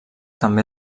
també